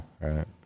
right